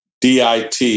DIT